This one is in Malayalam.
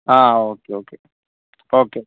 ആ ഓക്കെ ഓക്കെ ഓക്കെ